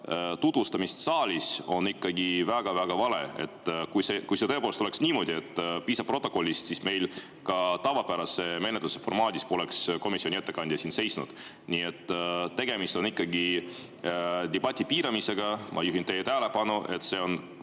tutvustamist saalis, on ikkagi väga-väga vale. Kui tõepoolest piisaks protokollist, siis meil ka tavapärase menetluse formaadis komisjoni ettekandja siin ei seisaks. Nii et tegemist on ikkagi debati piiramisega. Ma juhin teie tähelepanu, et see on